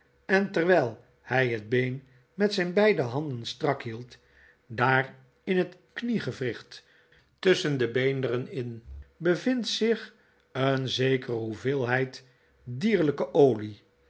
en terwijl hij het been met zijn beide handen strak hield daar in het kniegewricht tusschen de beenderen in bevindt zich een zekere hoeveelheid dierlijke olie